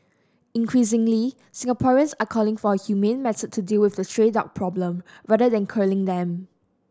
increasingly Singaporeans are calling for a humane method to deal with the stray dog problem rather than culling them